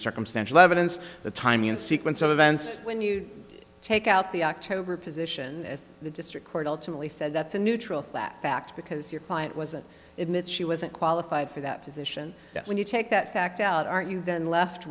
circumstantial evidence the timing and sequence of events when you take out the october position the district court ultimately said that's a neutral fact because your client wasn't it she wasn't qualified for that position when you take that fact out are you then left